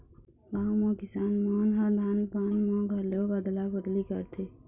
गाँव म किसान मन ह धान पान म घलोक अदला बदली करथे